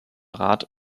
rat